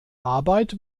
arbeit